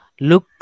look